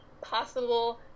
possible